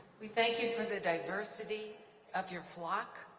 we thank you for the diversity of your flock,